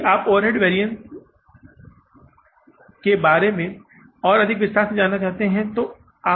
यदि आप ओवरहेड संस्करण के बारे में और अधिक विस्तार से सीखना चाहते हैं तो उन्हें पुस्तकों में दिया गया है